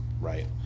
right